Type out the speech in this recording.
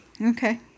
okay